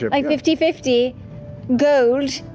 like fifty fifty gold?